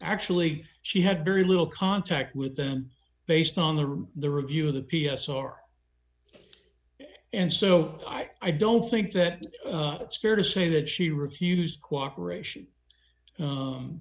actually she had very little contact with them based on the room the review of the p s r and so i don't think that it's fair to say that she refused cooperation